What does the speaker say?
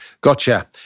Gotcha